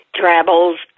travels